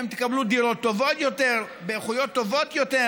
אתם תקבלו דירות טובות יותר באיכויות טובות יותר,